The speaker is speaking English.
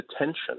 attention